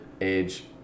age